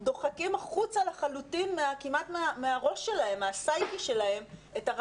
דוחקים החוצה לחלוטין כמעט מהראש שלהם את הרעיון